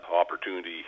opportunity